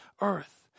earth